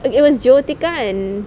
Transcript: it was jyothika and